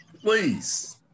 please